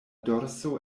dorso